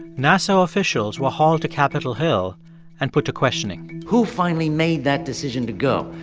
nasa officials were hauled to capitol hill and put to questioning who finally made that decision to go?